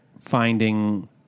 finding